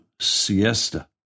Siesta